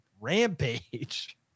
Rampage